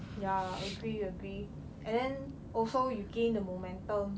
ya agree agree and then also you gain the momentum